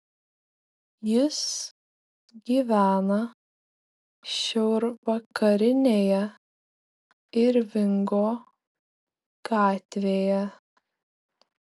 jis gyvena šiaurvakarinėje irvingo gatvėje